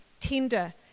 tender